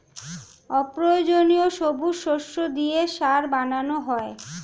অপ্রয়োজনীয় সবুজ শস্য দিয়ে সার বানানো হয়